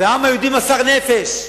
והעם היהודי מסר נפש.